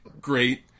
Great